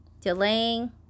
delaying